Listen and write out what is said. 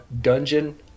Dungeon